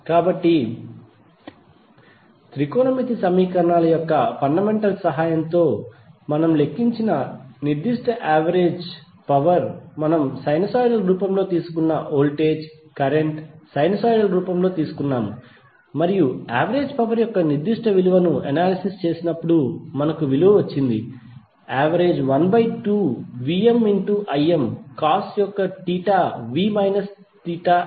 కాబట్టి త్రికోణమితి సమీకరణాల యొక్క ఫండమెంటల్స్ సహాయంతో మనము లెక్కించిన నిర్దిష్ట యావరేజ్ పవర్ మనం సైనూసోయిడల్ రూపంలో తీసుకున్న వోల్టేజ్ కరెంట్ సైనూసోయిడల్ రూపంలో తీసుకున్నాము మరియు యావరేజ్ పవర్ యొక్క నిర్దిష్ట విలువను అనాలిసిస్ చేసినప్పుడు మనకు విలువ వచ్చింది యావరేజ్ 1 బై 2 VmIm cos యొక్క theta v minus theta i